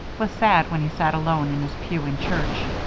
was sad when he sat alone in his pew in church.